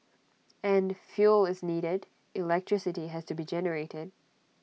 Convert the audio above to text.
and fuel is needed electricity has to be generated